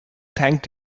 thanked